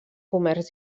comerç